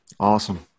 Awesome